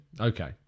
Okay